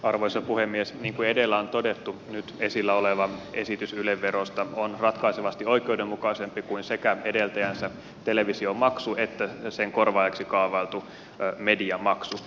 niin kuin edellä on todettu nyt esillä oleva esitys yle verosta on ratkaisevasti oikeudenmukaisempi kuin sekä edeltäjänsä televisiomaksu että sen korvaajaksi kaavailtu mediamaksu